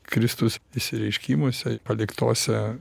kristus išsireiškimuose paliktose